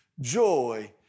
joy